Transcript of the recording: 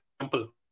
example